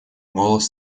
голос